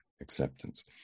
acceptance